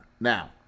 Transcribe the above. Now